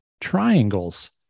Triangles